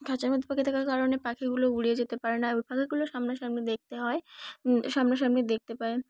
খাঁচার মতো পাখি থাকার কারণে পাখিগুলো উড়িয়ে যেতে পারে না ও পাখিগুলো সামন সামনি দেখতে হয় সামন সামনি দেখতে পায়